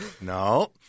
No